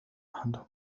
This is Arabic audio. أحدهما